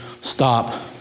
stop